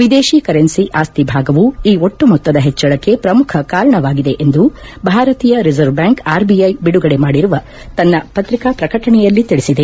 ವಿದೇಶಿ ರೂಪಾಯಿ ಸ್ತತ್ತಿನ ಭಾಗವು ಈ ಒಟ್ಲು ಮೊತ್ತದ ಹೆಚ್ಲಳಕ್ಕೆ ಪ್ರಮುಖ ಕಾರಣವಾಗಿದೆ ಎಂದು ಭಾರತೀಯ ರಿಸರ್ವ್ ಬ್ಲಾಂಕ್ ಬಿಡುಗಡೆ ಮಾಡಿರುವ ಪತ್ರಿಕಾ ಪ್ರಕಟಣೆಯಲ್ಲಿ ತಿಳಿಸಿದೆ